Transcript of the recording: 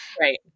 Right